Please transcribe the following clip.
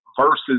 versus